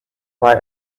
why